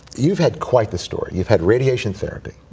you've had quite the story. you've had radiation therapy,